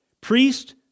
Priest